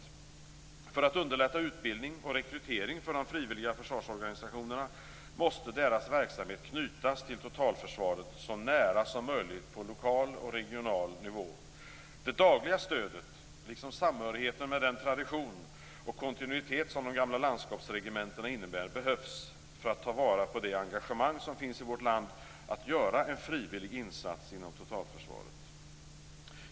För att man skall kunna underlätta utbildning och rekrytering för de frivilliga försvarsorganisationerna måste deras verksamhet knytas till totalförsvaret så nära som möjligt på lokal och regional nivå. Det dagliga stödet liksom samhörigheten med den tradition och kontinuitet som de gamla landskapsregementena innebär, behövs för att ta vara på det engagemang för att göra en frivillig insats inom totalförsvaret som finns i vårt land.